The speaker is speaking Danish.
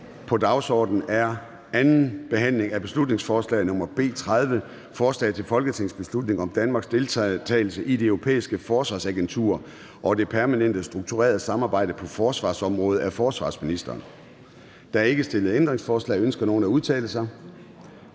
på dagsordenen er: 16) 2. (sidste) behandling af beslutningsforslag nr. B 30: Forslag til folketingsbeslutning om Danmarks deltagelse i Det Europæiske Forsvarsagentur og Det Permanente Strukturerede Samarbejde på forsvarsområdet. Af forsvarsministeren (Troels Lund Poulsen, fg.). (Fremsættelse